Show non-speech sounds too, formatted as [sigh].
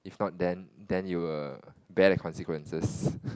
if not then then you will bear the consequences [breath]